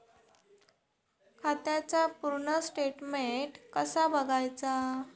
खात्याचा पूर्ण स्टेटमेट कसा बगायचा?